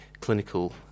clinical